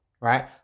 right